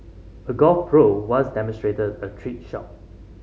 a golf pro once demonstrated a trick shot